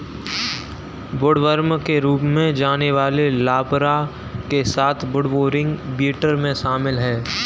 woodworm के रूप में जाने वाले लार्वा के साथ वुडबोरिंग बीटल में शामिल हैं